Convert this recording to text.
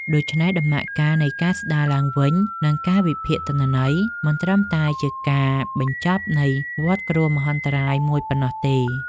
ដូច្នេះហើយ ដំណាក់កាលនៃការស្តារឡើងវិញ និងការវិភាគទិន្នន័យ មិនត្រឹមតែជាការបញ្ចប់នៃវដ្តគ្រោះមហន្តរាយមួយប៉ុណ្ណោះទេ។